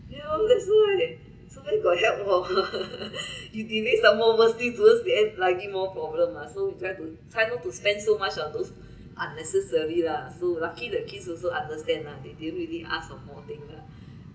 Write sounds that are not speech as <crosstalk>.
yeah loh that's why so where got help oh <laughs> you delays some more mostly towards the end lagi more problem ah so you try to try not to spend so much on those unnecessary lah so lucky the kids also understand lah they didn't really ask of more thing lah